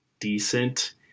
decent